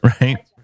Right